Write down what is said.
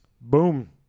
boom